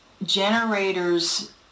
Generators